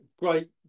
Great